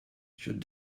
should